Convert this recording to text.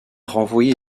renvoyé